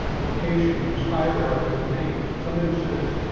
location in this hierarchy of names if somebody says,